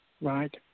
Right